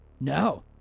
No